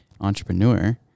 entrepreneur